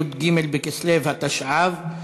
י"ג בכסלו התשע"ו,